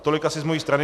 Tolik asi z mojí strany.